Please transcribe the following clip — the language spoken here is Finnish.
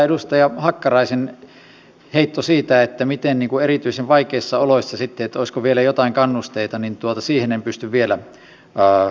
edustaja hakkaraisen heittoon siitä olisiko erityisen vaikeissa oloissa sitten vielä jotain kannusteita en pysty vielä vastaamaan